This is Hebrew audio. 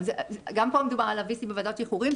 גם פה מדובר על ה-VC בוועדת שחרורים.